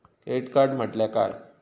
Credit card म्हटल्या काय?